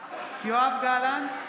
יואב גלנט,